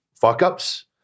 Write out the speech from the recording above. fuck-ups